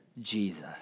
Jesus